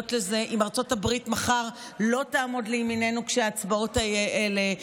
לזה אם ארצות הברית מחר לא תעמוד לימיננו כשההצבעות האלה יהיו,